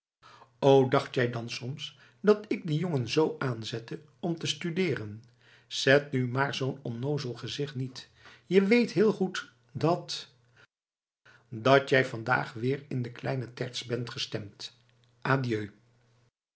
o dacht jij dan soms dat ik dien jongen zoo aanzette om te studeeren zet nu maar zoo'n onnoozel gezicht niet je weet heel goed dat dat jij vandaag weer in de kleine terts bent gestemd adieu